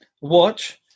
Watch